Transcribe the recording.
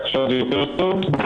עכשיו יותר טוב?